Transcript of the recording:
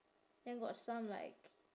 then got some like